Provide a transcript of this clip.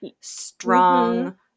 strong